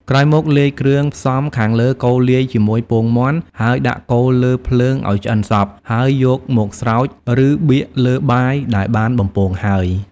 ក្រោយមកលាយគ្រឿងផ្សំរខាងលើកូរលាយជាមួយពងមាន់ហើយដាក់កូរលើភ្លើងអោយឆ្អិនសព្វ ហើយយកមកស្រោចរឺបៀកលើបាយដែលបានបំពងហើយ។